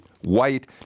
white